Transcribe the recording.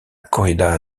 corrida